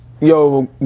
Yo